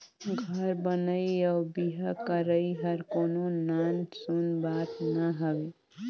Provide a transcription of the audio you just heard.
घर बनई अउ बिहा करई हर कोनो नान सून बात ना हवे